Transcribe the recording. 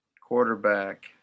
Quarterback